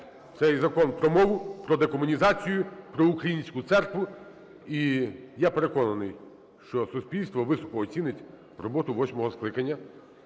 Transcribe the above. це і Закон про мову, про декомунізацію, про українську церкву. І я переконаний, що суспільство високо оцінить роботу восьмого скликання.